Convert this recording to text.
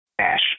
Ash